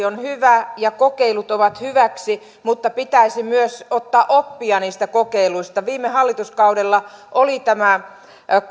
on hyvä ja kokeilut ovat hyväksi mutta pitäisi myös ottaa oppia niistä kokeiluista viime hallituskaudella oli tämä